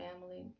family